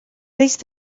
risc